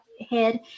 ahead